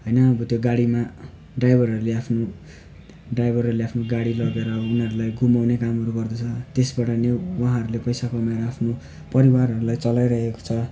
होइन अब त्यो गाडीमा ड्राइभरहरूले आफ्नो ड्राइभरहरूले आफ्नो गाडी लगेर अब उनीहरूलाई घुमाउने कामहरू गर्दछ त्यसबाट पनि उहाँहरूले पैसा कमाएर आफ्नो परिवारहरूलाई चलाइरहेको छ